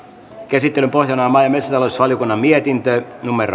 käsittelyn pohjana on maa ja metsätalousvaliokunnan mietintö